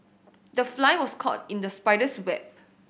the fly was caught in the spider's web